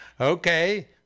okay